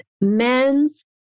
men's